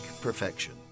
perfection